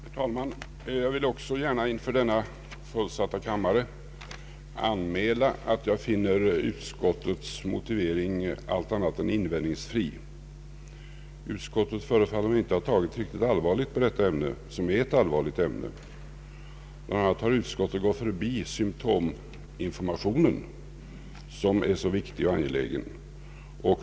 Herr talman! Jag vill också gärna inför denna ”fullsatta” kammare anmäla att jag finner utskottets motivering allt annat än invändningsfri. Utskottet förefaller inte ha tagit riktigt allvarligt på detta ärende. Bland annat har utskottet gått förbi symtominformationen, som är så viktig och angelägen.